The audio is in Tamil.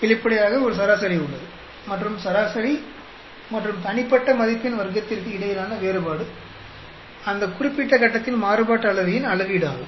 வெளிப்படையாக ஒரு சராசரி உள்ளது மற்றும் சராசரி மற்றும் தனிப்பட்ட மதிப்பின் வர்க்கத்திற்கு இடையிலான வேறுபாடு அந்த குறிப்பிட்ட கட்டத்தின் மாறுபாட்டு அளவையின் அளவீடு ஆகும்